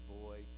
boy